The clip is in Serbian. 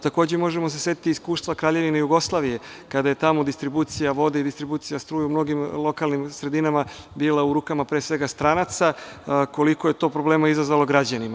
Takođe, možemo se setiti iskustva Kraljevine Jugoslavije, kada je tamo distribucija vode i distribucija struje u mnogim lokalnim sredinama bila u rukama stranaca, koliko je to problema izazvalo građanima.